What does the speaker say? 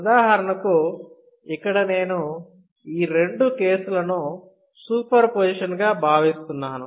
ఉదాహరణకు ఇక్కడ నేను ఈ రెండు కేసులను సూపర్ పొజిషన్గా భావిస్తున్నాను